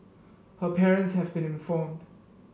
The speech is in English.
her parents have been informed